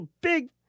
big